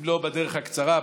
אם לא בדרך הקצרה,